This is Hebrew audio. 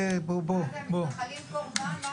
המתנחלים הם קורבן?